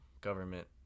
government